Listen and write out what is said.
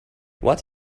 what